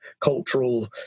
cultural